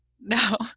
No